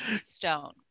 stone